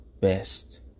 best